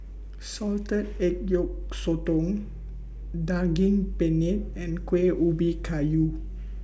Salted Egg Yolk Sotong Daging Penyet and Kueh Ubi Kayu